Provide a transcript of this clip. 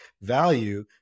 value